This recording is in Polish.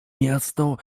miasto